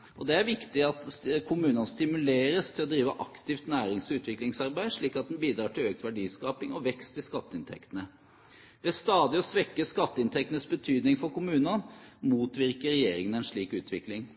skatteinntekter. Det er viktig at kommunene stimuleres til å drive aktivt nærings- og utviklingsarbeid, slik at en bidrar til økt verdiskaping og vekst i skatteinnektene. Ved stadig å svekke skatteinnektenes betydning for kommunene motvirker regjeringen en slik utvikling.